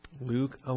Luke